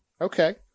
Okay